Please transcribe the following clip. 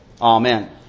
Amen